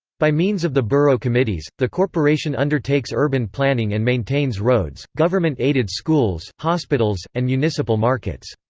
by means of the borough committees, the corporation undertakes urban planning and maintains roads, government-aided schools, hospitals, and municipal markets.